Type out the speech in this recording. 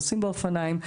נוסעים באופניים,